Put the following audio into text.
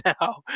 now